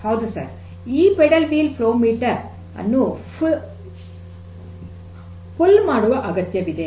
ಹೌದು ಸರ್ ಈ pedal wheel flow meter ಅನ್ನು ಎಳೆಯುವ ಅಗತ್ಯವಿದೆ